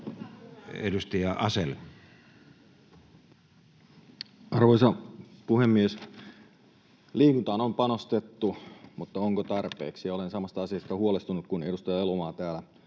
Edustaja Asell. Arvoisa puhemies! Liikuntaan on panostettu, mutta onko tarpeeksi? Olen samasta asiasta huolestunut kuin edustaja Elomaa täällä